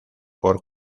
por